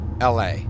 LA